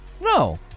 No